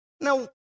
Now